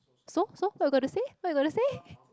so so what you gonna say what you gonna say